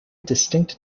distinct